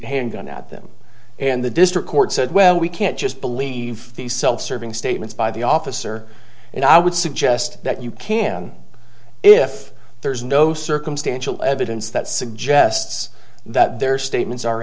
handgun at them and the district court said well we can't just believe the self serving statements by the officer and i would suggest that you can if there's no circumstantial evidence that suggests that their statements are